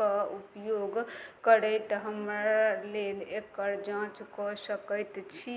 कऽ उपयोग करैत हमर लेल एकर जाँच कऽ सकैत छी